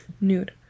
nude